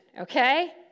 okay